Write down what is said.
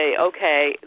okay